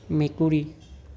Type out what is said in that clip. মেকুৰী